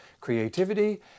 creativity